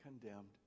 condemned